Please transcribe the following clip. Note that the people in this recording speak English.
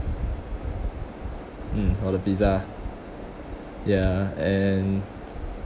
mm all the pizza ya and